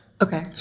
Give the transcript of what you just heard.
Okay